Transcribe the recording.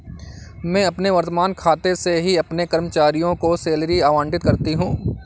मैं अपने वर्तमान खाते से ही अपने कर्मचारियों को सैलरी आबंटित करती हूँ